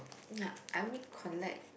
no I only collect